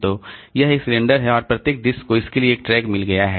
तो यह एक सिलेंडर है और प्रत्येक डिस्क को इसके लिए एक ट्रैक मिल गया है